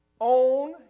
Own